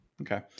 Okay